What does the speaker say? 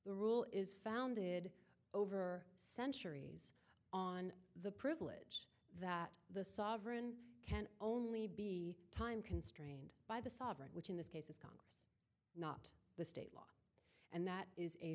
the rule is founded over centuries on the privilege that the sovereign can only be time constrained by the sovereign which in this case is gone not the state law and that is a